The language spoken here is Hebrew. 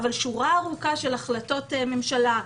אבל שורה ארוכה של החלטות ממשלה,